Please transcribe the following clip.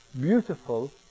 beautiful